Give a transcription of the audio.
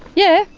yeah,